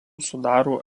sudaro